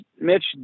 Mitch